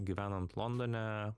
gyvenant londone